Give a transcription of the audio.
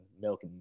milk